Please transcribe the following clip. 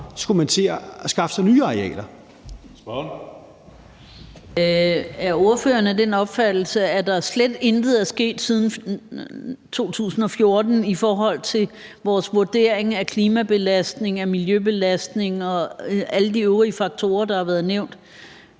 Kl. 17:31 Jette Gottlieb (EL): Er ordføreren af den opfattelse, at der slet intet er sket siden 2014 i forhold til vores vurdering af klimabelastning, miljøbelastning og alle de øvrige faktorer, der har været nævnt,